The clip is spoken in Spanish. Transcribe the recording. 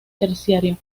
terciario